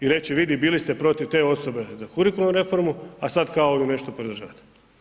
I reći, vidi bili ste protiv te osobe za kurikularnu reformu, a sada kao vi nešto podržavate.